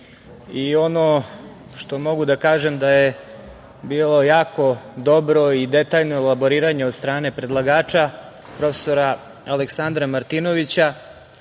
i ono što mogu da kažem da je bilo jako dobro i detaljno elaboriranje od strane predlagača, prof. Aleksandra Martinovića,